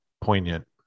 poignant